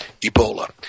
Ebola